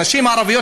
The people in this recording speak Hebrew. הנשים הערביות,